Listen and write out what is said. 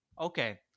Okay